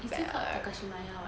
it's still called takashimaya [what]